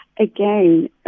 Again